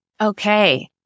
Okay